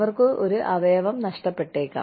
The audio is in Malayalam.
അവർക്ക് ഒരു അവയവം നഷ്ടപ്പെട്ടേക്കാം